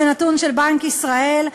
זה נתון של בנק ישראל,